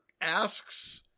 asks